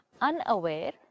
Unaware